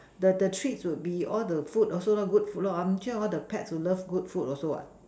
the the treats would be all the food also good food lah I'm sure all the pets would love good food also what